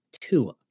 Tua